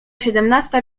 siedemnasta